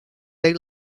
they